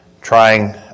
trying